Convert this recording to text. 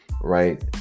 right